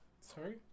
Sorry